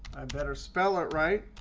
better spell it right,